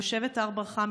תושבת הר ברכה,